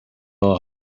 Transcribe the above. bob